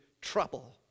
trouble